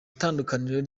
tandukaniro